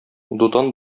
дутан